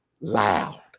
loud